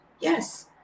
Yes